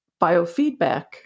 biofeedback